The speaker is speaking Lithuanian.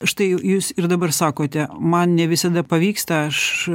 štai jūs ir dabar sakote man ne visada pavyksta aš